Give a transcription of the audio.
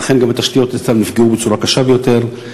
ולכן גם התשתיות אצלם נפגעו בצורה קשה ביותר.